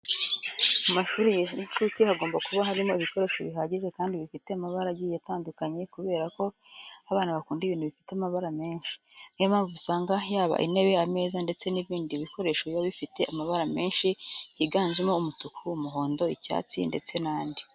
Mu mashuri y'inshuke hagomba kuba harimo ibikoresho bihagije kandi bifite amabara agiye atandukanye kubera ko abana bakunda ibintu bifite amabara menshi. Niyo mpamvu usanga yaba intebe, ameza ndetse n'ibindi bikoresho biba bifite amabara menshi yiganjemo umutuku, umuhondo, icyatsi ndetse n'andi.